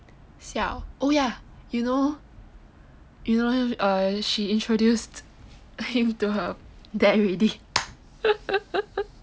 siao oh ya you know you know uh she introduced him to her dad already